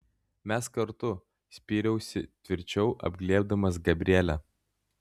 mes kartu spyriausi tvirčiau apglėbdamas gabrielę